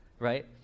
right